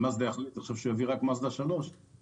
מזדה יחליט עכשיו שהוא יביא רק מזדה 3 ומישהו